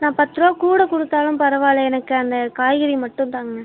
நான் பத்து ருபா கூட கொடுத்தாலும் பரவாயில்ல எனக்கு அந்த காய்கறி மட்டும் தாங்க